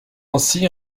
ainsi